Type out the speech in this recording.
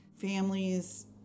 families